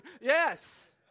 Yes